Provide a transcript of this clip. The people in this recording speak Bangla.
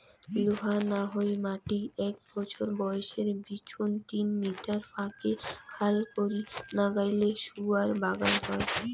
লোহা না হই মাটি এ্যাক বছর বয়সের বিচোন তিন মিটার ফাকে খাল করি নাগাইলে গুয়ার বাগান হই